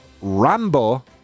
Rambo